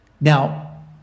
Now